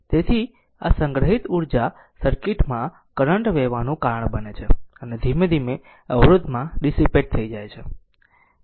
તેથી આ સંગ્રહિત ઊર્જા સર્કિટ માં કરંટ વહેવાનું કારણ બને છે અને ધીમે ધીમે અવરોધમાં ડીસીપેટ થઇ જાય છે